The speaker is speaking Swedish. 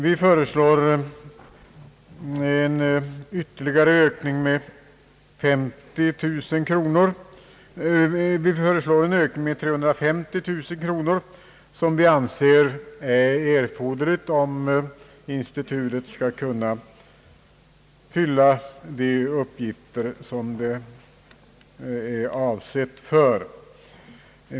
Vi reservanter föreslår en höjd medelsanvisning med 350 000 kronor, som vi anser vara erforderlig för att institutet skall kunna fylla de uppgifter som det är avsett för.